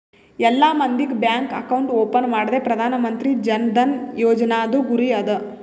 ಎಲ್ಲಾ ಮಂದಿಗ್ bank account open ಮಾಡದೆ ಪ್ರಧಾನ್ ಮಂತ್ರಿ ಜನ್ ಧನ ಯೋಜನಾದು ಗುರಿ ಅದ